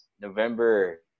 November